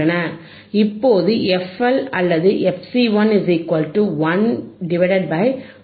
இப்போது fL அல்லது fC1 1 2πR1C2